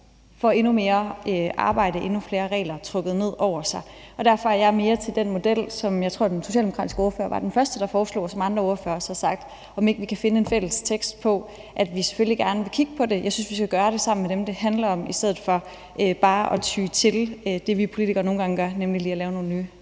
får endnu mere arbejde og endnu flere regler trukket ned over sig. Jeg mere til den model, som jeg tror den socialdemokratiske ordfører var den første, der foreslog, og som andre ordførere også har nævnt, altså om vi ikke kan finde en fælles tekst for, at vi selvfølgelig gerne vil kigge på det. Jeg synes, vi skal gøre det sammen med dem, det handler om, i stedet for bare at ty til det, vi politikere nogle gange gør, nemlig lige at lave nogle nye